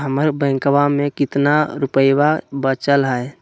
हमर बैंकवा में कितना रूपयवा बचल हई?